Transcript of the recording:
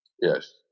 Yes